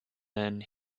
then